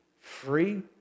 free